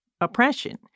oppression